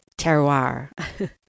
Terroir